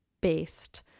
based